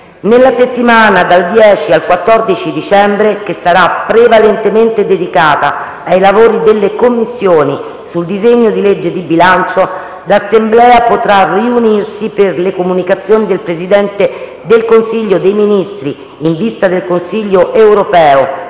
Nella settimana dal 10 al 14 dicembre, che sarà prevalentemente dedicata ai lavori delle Commissioni sul disegno di legge di bilancio, l’Assemblea potrà riunirsi per le comunicazioni del Presidente del Consiglio dei ministri in vista del Consiglio europeo